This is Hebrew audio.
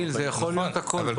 זה יכול להיות הכול.